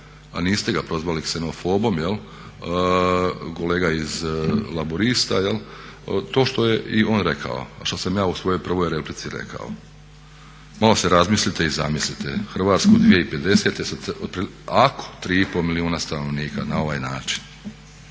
a niste ga prozvali ksenofobom, kolega iz Laburista, to što je i on rekao a što sam ja u svojoj prvoj replici rekao. Malo se razmislite i zamislite Hrvatsku 2050. ako 3,5 milijuna stanovnika na ovaj način.